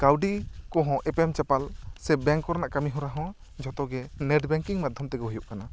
ᱠᱟ ᱣᱰᱤ ᱠᱚᱦᱚᱸ ᱮᱯᱮᱢ ᱪᱟᱯᱟᱞ ᱥᱮ ᱵᱮᱝ ᱠᱚᱨᱮᱱᱟᱜ ᱠᱟᱹᱢᱤ ᱦᱚᱨᱟᱦᱚᱸ ᱡᱚᱛᱚ ᱜᱮ ᱱᱮᱴ ᱵᱮᱝᱠᱤᱝ ᱢᱟᱫᱷᱚᱢ ᱛᱮᱜᱮ ᱦᱩᱭᱩᱜ ᱠᱟᱱᱟ